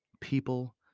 People